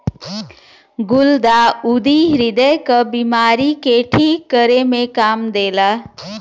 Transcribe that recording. गुलदाउदी ह्रदय क बिमारी के ठीक करे में काम देला